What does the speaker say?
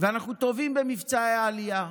ואנחנו טובים במבצעי העלייה,